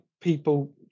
people